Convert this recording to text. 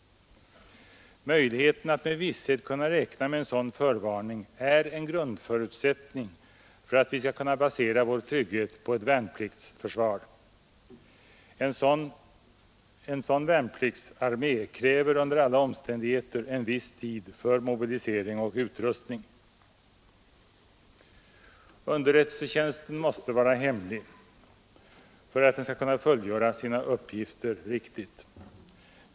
Möjligheten att med visshet kunna räkna med en sådan förvarning är en grundförutsättning för att vi skall kunna basera vår trygghet på ett värnpliktsförsvar. En värnpliktsarmé kräver under alla omständigheter en viss tid för mobilisering och utrustning. Underrättelsetjänsten måste vara hemlig för att den skall kunna fullgöra sina uppgifter på ett riktigt sätt.